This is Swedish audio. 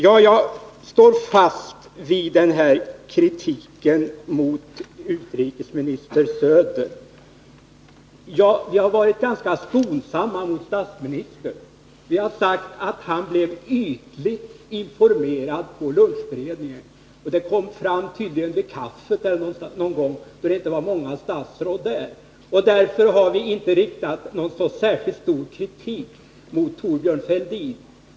Jag står fast vid kritiken mot utrikesminister Söder. Vi har varit ganska skonsamma mot statsministern. Vi har sagt att han blev ytligt informerad vid lunchberedningen. Ärendet togs tydligen upp vid kaffet eller något annat tillfälle då det inte var många statsråd närvarande. Därför har vi inte framfört någon särskilt kraftig kritik mot Thorbjörn Fälldin.